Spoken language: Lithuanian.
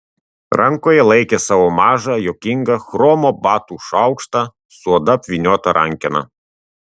rankoje laikė savo mažą juokingą chromo batų šaukštą su oda apvyniota rankena